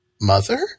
mother